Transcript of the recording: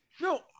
No